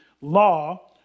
law